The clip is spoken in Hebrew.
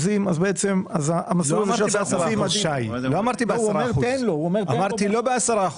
ה-10% --- אמרתי לא ב-10%.